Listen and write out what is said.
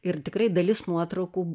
ir tikrai dalis nuotraukų